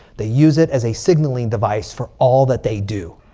they use it as a signaling device for all that they do.